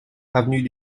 avenue